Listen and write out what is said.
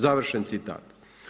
Završen citat.